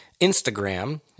Instagram